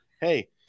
Hey